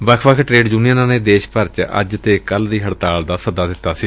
ਵੱਖ ਵੱਖ ਟਰੇਡ ਯੁਨੀਅਨਾਂ ਨੇ ਦੇਸ਼ ਭਰ ਤ ਅੱਜ ਅਤੇ ਕੱਲੂ ਦੀ ਹਤਤਾਲ ਦਾ ਸੱਦਾ ਦਿੱਤਾ ਸੀ